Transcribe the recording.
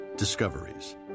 discoveries